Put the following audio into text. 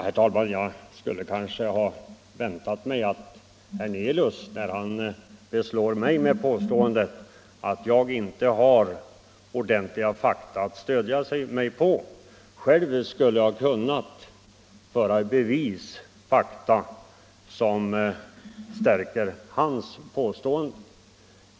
Herr talman! Jag borde ha kunnat vänta mig att herr Hernelius, när han påstod att jag inte har ordentliga fakta att stödja mig på, själv skulle ha kunnat föra i bevis fakta som kunde stärka hans påstående.